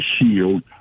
shield